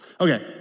Okay